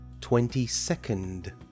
twenty-second